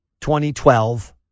2012